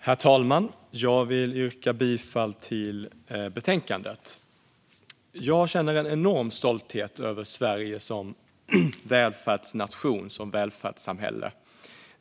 Herr talman! Jag vill yrka bifall till utskottets förslag. Jag känner en enorm stolthet över Sverige som välfärdsnation och välfärdssamhälle.